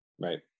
Right